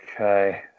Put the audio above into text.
Okay